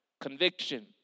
Conviction